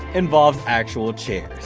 involves actual chairs.